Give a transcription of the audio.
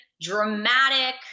dramatic